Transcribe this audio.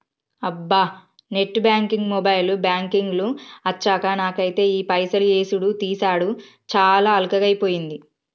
అబ్బా net banking mobile banking లు అచ్చాక నాకైతే ఈ పైసలు యేసుడు తీసాడు చాలా అల్కగైపోయింది